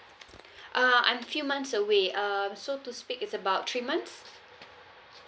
uh I'm few months away um so to speak it's about three months